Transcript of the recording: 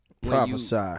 Prophesy